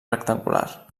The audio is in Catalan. rectangular